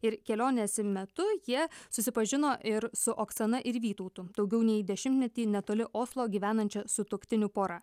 ir kelionės metu jie susipažino ir su oksana ir vytautu daugiau nei dešimtmetį netoli oslo gyvenančia sutuoktinių pora